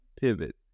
pivot